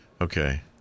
Okay